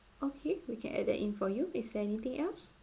okay we can add that in for you is there anything else